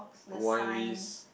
wine list